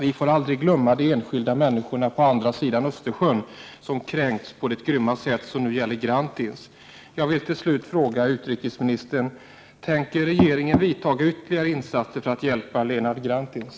Vi får aldrig glömma de enskilda människorna på andra sidan Östersjön, som kränkts på det grymma sätt som nu gäller Grantins.